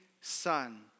son